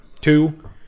Two